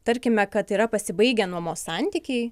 tarkime kad yra pasibaigę nuomos santykiai